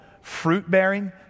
fruit-bearing